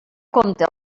compte